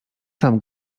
sam